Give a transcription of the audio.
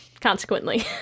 consequently